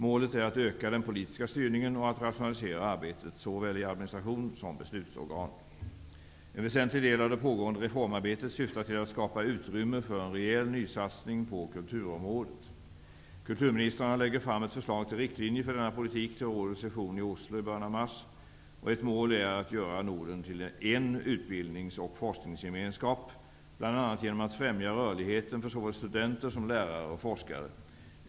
Målet är att öka den politiska styrningen och att rationalisera arbetet såväl i administration som i beslutsorgan. En väsentlig del av det pågående reformarbetet syftar till att skapa utrymme för en rejäl nysatsning på kulturområdet. Kulturministrarna lägger fram ett förslag till riktlinjer för denna politik till rådets session i Oslo i början av mars. Ett mål är att göra Norden till en utbildnings och forskningsgemenskap, bl.a. genom att främja rörligheten för såväl studenter som lärare och forskare.